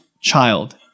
child